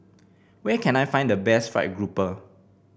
where can I find the best fried grouper